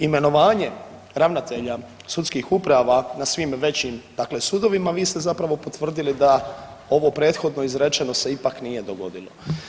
Imenovanje ravnatelja sudskih uprava na svim većim dakle sudovima, vi ste zapravo potvrdili da ovo prethodno izrečeno se ipak nije dogodilo.